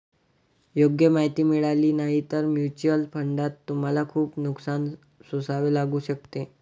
योग्य माहिती मिळाली नाही तर म्युच्युअल फंडात तुम्हाला खूप नुकसान सोसावे लागू शकते